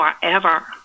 forever